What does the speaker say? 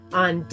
on